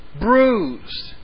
bruised